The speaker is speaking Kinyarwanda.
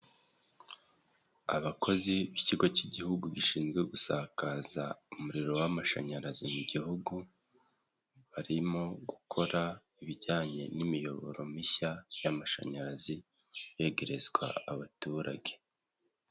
Abakozi b'ikigo cy'igihugu gishinzwe gusakaza umuriro w'amashanyarazi mu gihugu, barimo gukora ibijyanye n'imiyoboro mishya y'amashanyarazi yegerezwa abaturage.